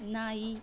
ನಾಯಿ